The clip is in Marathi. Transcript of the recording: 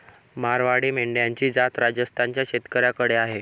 मारवाडी मेंढ्यांची जात राजस्थान च्या शेतकऱ्याकडे आहे